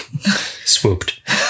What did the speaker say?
swooped